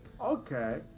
Okay